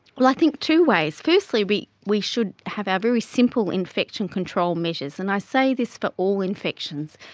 well, i think two ways, firstly we we should have our very simple infection control measures, and i say this for all infections.